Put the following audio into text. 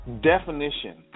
definition